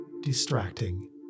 distracting